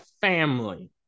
family